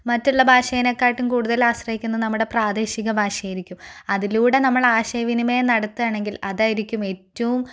മറ്റുള്ള ഭാഷയെ കാട്ടും കൂടുതൽ ആശ്രയിക്കുന്ന നമ്മുടെ പ്രാദേശിക ഭാഷ ആയിരിക്കും അതിലൂടെ നമ്മൾ ആശയ വിനിമയം നടത്തുകയാണെങ്കിൽ അതായിരിക്കും ഏറ്റവും